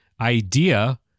idea